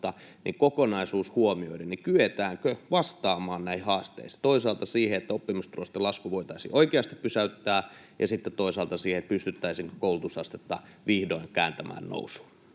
kokonaisuus huomioiden, niin kyetäänkö vastaamaan näihin haasteisiin: toisaalta siihen, että oppimistulosten lasku voitaisiin oikeasti pysäyttää, ja sitten toisaalta siihen, että pystyttäisiinkö koulutusastetta vihdoin kääntämään nousuun?